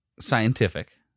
scientific